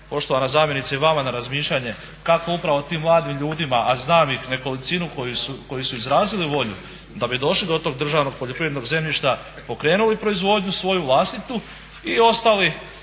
poštovana zamjenice i vama na razmišljanje kako upravo tim mladim ljudima, a znam ih nekolicinu koji su izrazili volju da bi došli do tog državnog poljoprivrednog zemljišta i pokrenuli proizvodnju svoju vlastitu i ostali